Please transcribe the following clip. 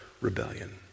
rebellion